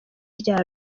rya